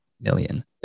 million